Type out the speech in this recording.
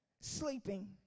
sleeping